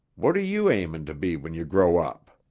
what are you aiming to be when you grow up?